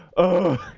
oh, i